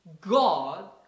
God